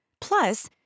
Plus